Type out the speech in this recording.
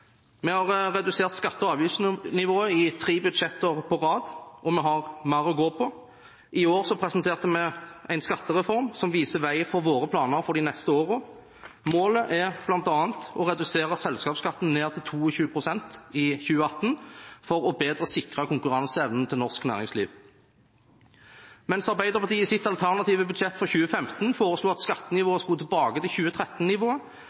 Vi har redusert skatte- og avgiftsnivået i tre budsjetter på rad, og vi har mer å gå på. I år presenterte vi en skattereform som viser vei for våre planer for de neste årene. Målet er bl.a. å redusere selskapsskatten til 22 pst. i 2018 for bedre å sikre konkurranseevnen til norsk næringsliv. Mens Arbeiderpartiets alternative budsjett for 2015 foreslo at skattenivået skulle tilbake til